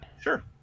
Sure